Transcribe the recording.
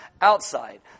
outside